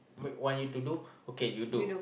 wait want you to do okay you do